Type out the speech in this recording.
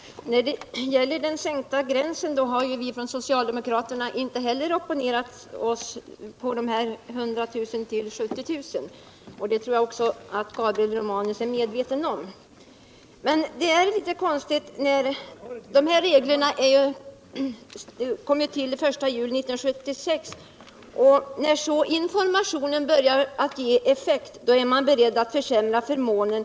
Herr talman! När det gäller att sänka inkomstgränsen från 100 000 till 75 000 kr. har ju inte heller vi socialdemokrater opponerat oss. Det tror jag också att Gabriel Romanus är medveten om. De här reglerna kom till den 1 juli 1976. När informationen om dem börjar ge effekt, då är regeringen beredd att försämra förmånerna.